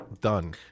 Done